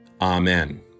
Amen